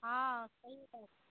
हॅं सही कहै छी